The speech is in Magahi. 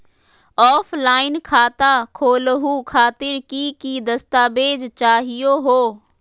ऑफलाइन खाता खोलहु खातिर की की दस्तावेज चाहीयो हो?